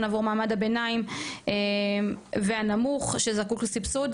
עבור מעמד הביניים והנמוך שזקוק לסבסוד,